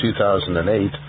2008